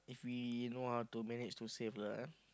if we know how to manage to save lah ah